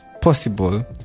possible